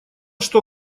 что